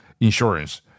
Insurance